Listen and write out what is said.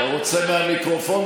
אתה רוצה מהמיקרופון,